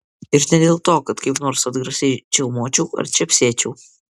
ir ne dėl to kad kaip nors atgrasiai čiaumočiau ar čepsėčiau